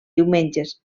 diumenges